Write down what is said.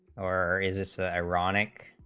r is ironic